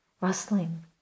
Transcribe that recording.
rustling